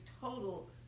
total